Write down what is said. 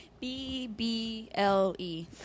B-B-L-E